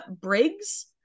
Briggs